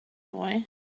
boy